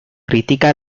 critica